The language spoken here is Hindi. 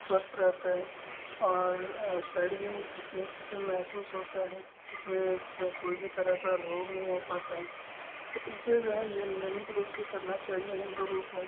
स्वस्थ रहता है और शरीर भी फिटनेस महसूस होता है इसमें एक कोई भी तरह का रोग नहीं हो पाता है तो इससे जो है यह नियमित रूप से करना चाहिए हम लोगों को